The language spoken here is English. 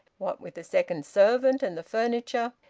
what with the second servant and the furniture,